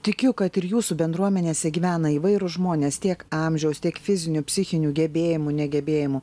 tikiu kad ir jūsų bendruomenėse gyvena įvairūs žmonės tiek amžiaus tiek fizinių psichinių gebėjimų negebėjimų